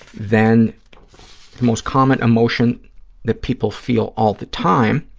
then the most common emotion that people feel all the time,